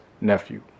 nephew